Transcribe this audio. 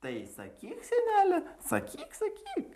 tai sakyk senele sakyk sakyk